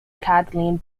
kathleen